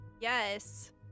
yes